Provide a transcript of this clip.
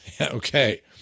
Okay